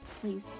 please